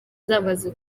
zamaze